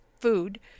food